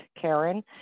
Karen